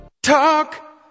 Talk